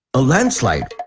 a landslide